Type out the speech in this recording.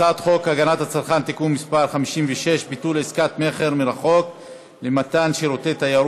הצעת החוק התקבלה בקריאה ראשונה ותועבר לוועדת העבודה,